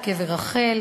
את קבר רחל,